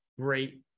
great